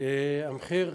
גיסא המחיר,